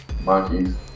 Monkeys